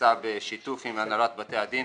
נעשה בשיתוף עם הנהלת בתי הדין,